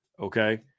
okay